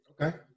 Okay